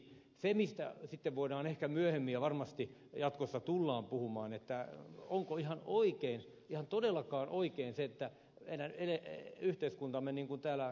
se mistä sitten voidaan ehkä myöhemmin puhua ja varmasti jatkossa tullaan puhumaan on se onko ihan todellakaan oikein se että yhteiskuntamme niin kuin täällä ed